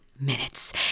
Minutes